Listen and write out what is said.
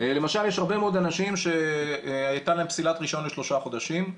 למשל יש הרבה מאוד אנשים שהייתה להם פסילת רישיון לשלושה חודשים,